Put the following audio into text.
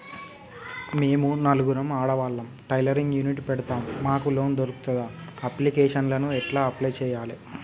మేము నలుగురం ఆడవాళ్ళం టైలరింగ్ యూనిట్ పెడతం మాకు లోన్ దొర్కుతదా? అప్లికేషన్లను ఎట్ల అప్లయ్ చేయాలే?